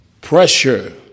Pressure